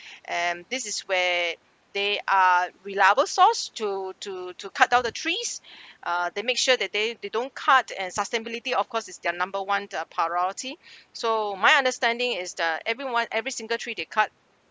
and this is where they are reliable source to to to cut down the trees uh they make sure that they they don't cut and sustainability of course it's their number one uh priority so my understanding is uh everyone every single tree they cut